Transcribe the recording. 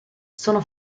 sono